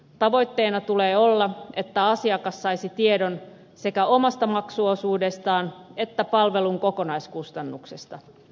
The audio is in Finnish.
tavoitteena tulee olla että asiakas saisi tiedon sekä omasta maksuosuudestaan että palvelun kokonaiskustannuksesta